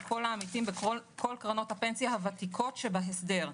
כל העמיתים בכל קרנות הפנסיה הוותיקות שבהסדר.